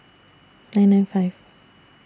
nine nine five